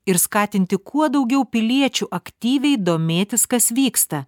ir skatinti kuo daugiau piliečių aktyviai domėtis kas vyksta